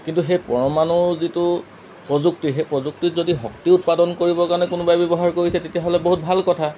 কিন্তু সেই পৰমাণুৰ যিটো প্ৰযুক্তি সেই প্ৰযুক্তিত যদি শক্তি উৎপাদন কৰিবৰ কাৰণে কোনোবাই ব্যৱহাৰ কৰিছে তেতিয়াহ'লে বহুত ভাল কথা